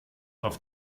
auf